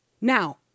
Now